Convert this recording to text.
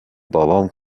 بابام